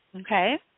Okay